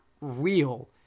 real